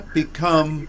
become